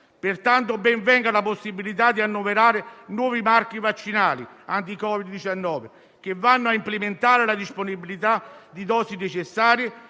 pertanto, la possibilità di annoverare nuovi marchi vaccinali anti Covid-19, che vanno a implementare la disponibilità di dosi necessarie